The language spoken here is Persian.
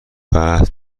بحث